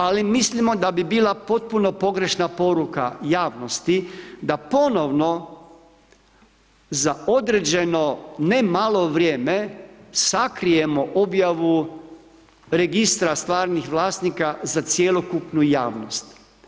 Ali mislim o da bi bila potpuna pogreška poruka javnosti, da ponovno za određeno ne malo vrijeme, sakrijemo objavu registra stvarnih vlasnika za cjelokupnu javnost.